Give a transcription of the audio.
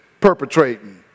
perpetrating